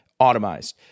automized